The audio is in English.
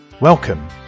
Welcome